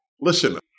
Listen